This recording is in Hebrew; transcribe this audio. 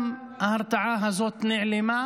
גם ההרתעה הזאת נעלמה.